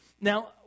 Now